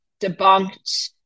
debunked